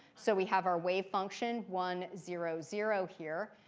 so we have our wave function one, zero, zero here.